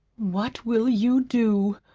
what will you do?